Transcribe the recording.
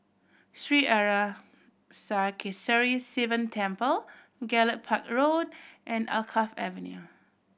Sri Arasakesari Sivan Temple Gallop Park Road and Alkaff Avenue